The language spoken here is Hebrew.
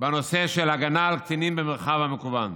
בנושא של הגנה על קטינים במרחב המקוון.